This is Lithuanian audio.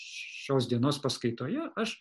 šios dienos paskaitoje aš